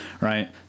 right